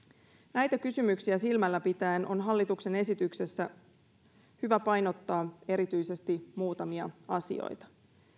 näitä kysymyksiä silmällä pitäen on hallituksen esityksessä hyvä painottaa erityisesti muutamia asioita